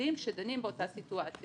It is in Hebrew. נפרדים שדנים באותה סיטואציה.